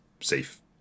safe